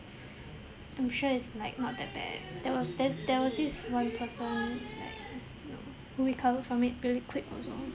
I'm sure it's like not that bad there was there's there was this one person like you know who recovered from it fairly quick also